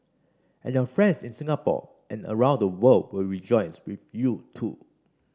and your friends in Singapore and around the world will rejoice with you too